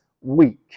weak